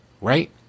right